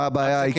מה זה אומר?